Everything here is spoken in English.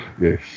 yes